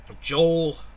joel